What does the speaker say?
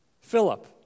Philip